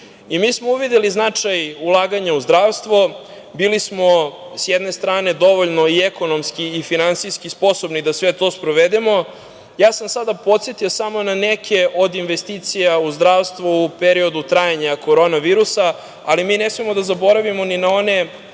smo uvideli značaj ulaganja u zdravstvo. Bili smo sa jedne strane dovoljno i ekonomski i finansijski sposobni da sve to sprovedemo. Sada sam podsetio samo na neke od investicija u zdravstvu u periodu trajanja korona virusa, ali mi ne smemo da zaboravimo na one